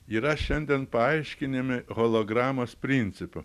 yra šiandien paaiškinami hologramos principu